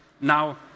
Now